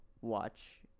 watch